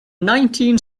nineteen